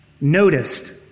noticed